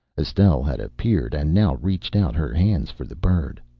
estelle had appeared and now reached out her hands for the bird.